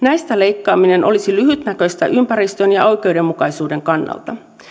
näistä leikkaaminen olisi lyhytnäköistä ympäristön ja oikeudenmukaisuuden kannalta